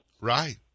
Right